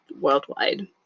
worldwide